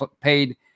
paid